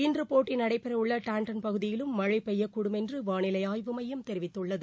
இன்றபோட்டிநடைபெறவுள்ளடாண்டன் பகுதியிலும் மழழபெய்யக்கூடும் என்றுவானிலைஆய்வு மையம் தெரிவித்துள்ளது